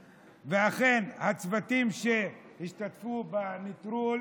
אכן, הצוותים שהשתתפו בנטרול